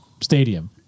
stadium